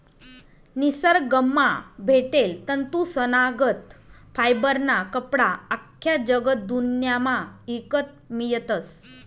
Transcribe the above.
निसरगंमा भेटेल तंतूसनागत फायबरना कपडा आख्खा जगदुन्यामा ईकत मियतस